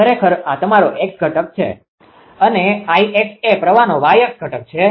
ખરેખર આ તમારો X અક્ષ ઘટક છે અને 𝐼𝑥 એ પ્રવાહનો Y અક્ષ ઘટક છે